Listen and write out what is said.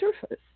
surface